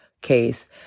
case